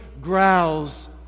growls